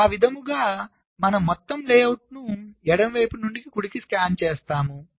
ఆ విధంగా మనము మొత్తం లేఅవుట్ను ఎడమ నుండి కుడికి స్కాన్ చేస్తాము